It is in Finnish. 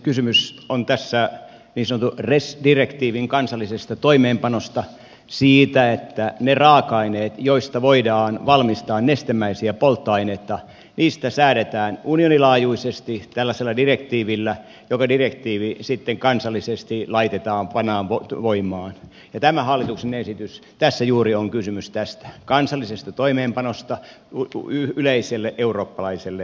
kysymys on tässä niin sanotun res direktiivin kansallisesta toimeenpanosta siitä että niistä raaka aineista joista voidaan valmistaa nestemäisiä polttoaineita säädetään unionin laajuisesti tällaisella direktiivillä joka direktiivi sitten kansallisesti laitetaan pannaan voimaan ja tässä hallituksen esityksessä juuri on kysymys tästä kansallisesta toimeenpanosta yleiselle eurooppalaiselle direktiiville